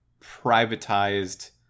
privatized